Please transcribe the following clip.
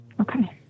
Okay